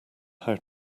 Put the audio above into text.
how